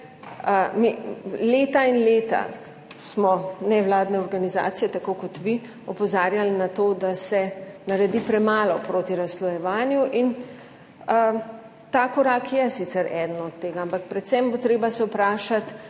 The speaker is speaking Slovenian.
Leta in leta smo nevladne organizacije, tako kot vi, opozarjali na to, da se naredi premalo proti razslojevanju. Ta korak je sicer eden od tega, ampak predvsem se bo treba vprašati,